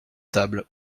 tables